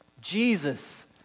Jesus